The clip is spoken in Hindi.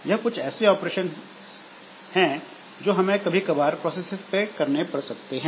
यह कुछ ऐसे ऑपरेशन हैं जो हमें कभी कभार प्रोसेसेस पर करने पड़ सकते हैं